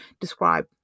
describe